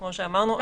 כמו שאמרנו,